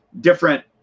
different